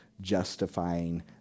justifying